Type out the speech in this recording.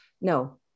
No